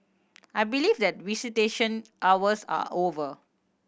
I believe that visitation hours are over